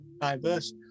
diverse